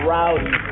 Rowdy